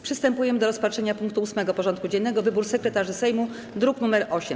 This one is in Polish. Przystępujemy do rozpatrzenia punktu 8. porządku dziennego: Wybór sekretarzy Sejmu (druk nr 8).